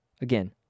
again